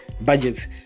budgets